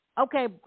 Okay